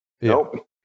nope